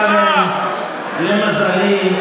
הכול ילך לעזאזל למען פוליטיקה קטנה,